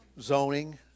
zoning